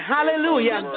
Hallelujah